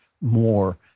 more